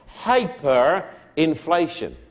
hyperinflation